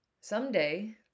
Someday